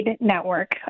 network